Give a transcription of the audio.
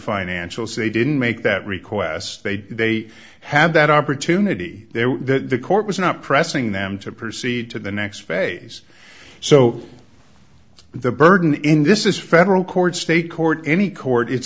financial say didn't make that request they did they had that opportunity that the court was not pressing them to proceed to the next phase so the burden in this is federal court state court any court it's